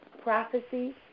prophecy